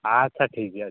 ᱟᱪᱪᱷᱟ ᱴᱷᱤᱠ ᱜᱮᱭᱟ ᱟᱪᱪᱷᱟ